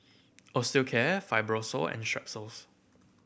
Osteocare Fibrosol and Strepsils